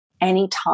anytime